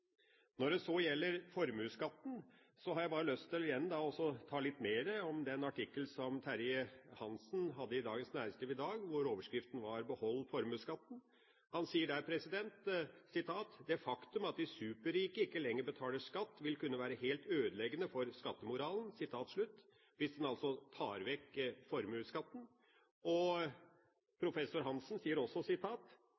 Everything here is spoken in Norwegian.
Når det så gjelder formuesskatten, har jeg bare lyst til å si litt mer om den artikkelen som Terje Rein Hansen hadde i Dagens Næringsliv i dag, hvor overskriften var «Behold formuesskatten». Han sier der: «Det faktum at de «superrike» ikke lenger betaler skatt vil kunne være helt ødeleggende for skattemoralen». Dette gjelder altså hvis en tar vekk formuesskatten. Professor Hansen sier også: «Kommuner som Oslo, Asker og